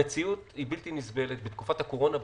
המציאות היא בלתי נסבלת, בתקופת הקורונה בייחוד.